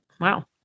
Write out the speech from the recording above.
Wow